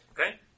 Okay